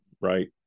right